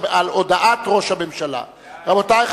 הודעת ראש הממשלה נתקבלה.